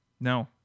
No